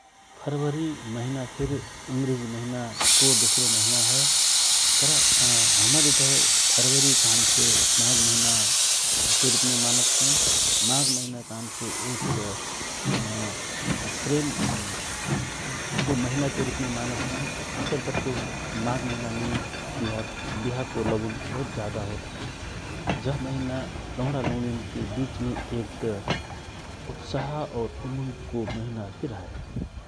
फरवरी महीना फिर अंग्रेजी महीना को दूसरा महीना हए, तर हमर इतय फरवरी कहाँ से माघ महिना के रूप में मानत हए माघ महीना कहन से एक प्रेमको महिला के रूप में मानत हए । अक्सर के माघ महिना में बिहा को लगुन बहुत ज्यादा होत हए । जा महिना लाडा लौडिया के बीच में एक उत्साह और उमंगको महिना फिर हए ।